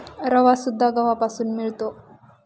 रवासुद्धा गव्हापासून मिळतो